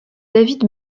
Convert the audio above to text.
david